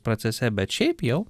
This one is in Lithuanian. procese bet šiaip jau